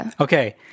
Okay